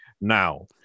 Now